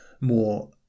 more